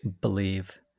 believe